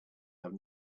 have